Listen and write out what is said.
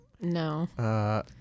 No